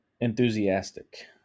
enthusiastic